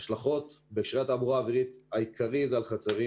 ההשלכות --- התעבורה האווירית העיקרי זה על חצרים.